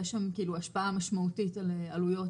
יש שם השפעה משמעותית על עלויות